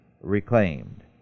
reclaimed